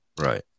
Right